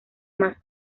más